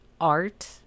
art